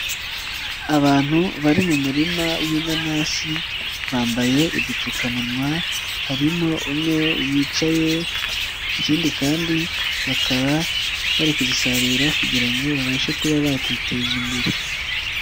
Abantu bari mu murima w'inanasi bambaye udupfukamunwa, harimo umwe wicaye ikindi kandi bakaba bari kuzisarura kugira ngo babashe kuba bakiteza imbere.